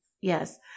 Yes